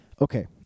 Okay